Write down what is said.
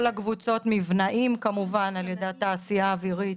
מבנאים כמובן על ידי התעשייה האווירית.